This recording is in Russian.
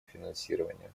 финансирование